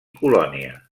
colònia